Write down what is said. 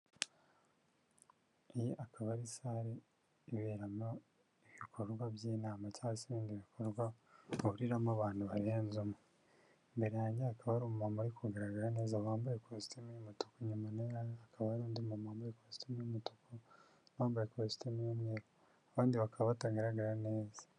Iyi akaba ari sare iberamo ibikorwa by'inama cyangwa se ibikorwa bahuriramo abantu barenze umwe, imbere ya rero hakaba hari umuntu uri kugaragara neza wambaye ikositimu y'umutuku akaba ari undi muntu wambaye ikositimu y'umutuku bambaye ikositimu y'umweru abandi bakaba batagaragara neza.